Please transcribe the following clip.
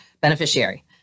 beneficiary